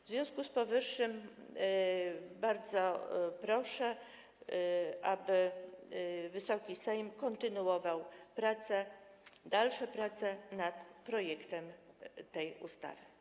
W związku z powyższym bardzo proszę, aby Wysoki Sejm kontynuował dalsze prace nad projektem tej ustawy.